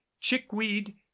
chickweed